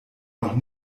noch